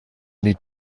need